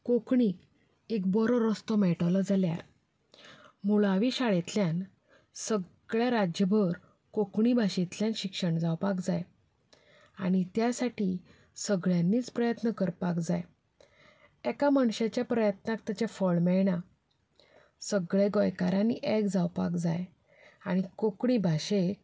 कोंकणी एक बरो रस्तो मेळटलो जाल्यार मुळावी शाळेंतल्यान सगळ्या राज्यभर कोंकणी भाशेंतल्यान शिक्षण जावपाक जाय आनी त्याखातीर सगळ्यांनी प्रयत्न करपाक जाय एका मनशाच्या प्रयत्नाक ताचें फळ मेळना सगल्या गोंयकारांनी एक जावपाक जाय आनी कोंकणी भाशेक